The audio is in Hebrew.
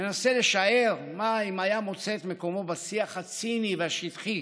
מנסה לשער אם היה מוצא את מקומו בשיח הציני והשטחי